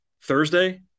Thursday